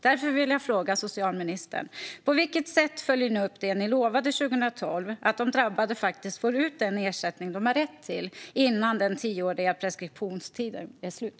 Därför vill jag fråga socialministern: På vilket sätt följer ni upp det ni lovade 2012 så att de drabbade faktiskt ska få ut den ersättning de har rätt till innan den tioåriga preskriptionstiden går ut?